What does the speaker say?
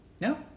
No